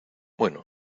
bueno